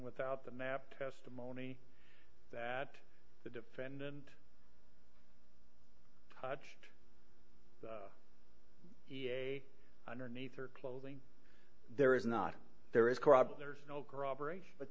without the map testimony that the defendant touched the underneath her clothing there is not there is